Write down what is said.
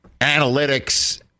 analytics